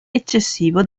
eccessivo